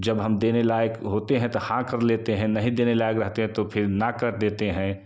जब हम देने लायक होते हैं तो हाँ कर लेते हैं नहीं देने लायक रहते तो फिर ना कर देते हैं